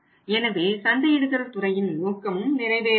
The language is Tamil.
எனவே சந்தையிடுதல் துறையின் நோக்கமும் நிறைவேற வேண்டும்